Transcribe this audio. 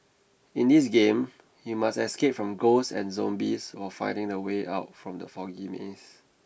in this game you must escape from ghosts and zombies while finding the way out from the foggy maze